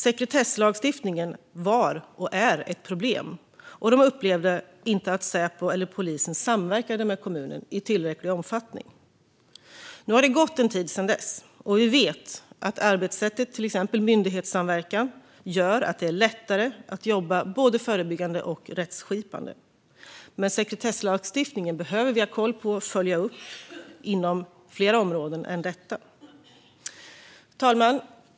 Sekretesslagstiftningen var och är ett problem. Man upplevde inte att Säpo eller polisen samverkade med kommunen i tillräcklig omfattning. Nu har det gått en tid sedan dess. Vi vet att till exempel arbetssättet myndighetssamverkan gör att det är lättare att jobba både förebyggande och rättskipande. Men sekretesslagstiftningen behöver vi ha koll på och följa upp, och det gäller inom fler områden än detta. Fru talman!